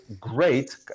great